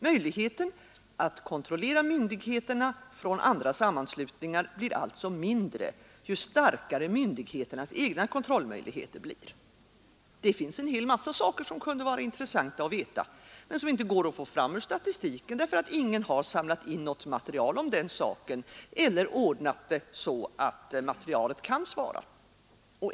Möjligheten att kontrollera myndigheterna från andra sammanslutningar blir alltså mindre, ju starkare myndigheternas egna kontrollmöjligheter blir. Det finns en hel mängd saker som skulle vara intressanta att veta men som inte går att få fram ur statistiken, därför att ingen har samlat in något material om den saken eller ordnat det så att materialet kan svara.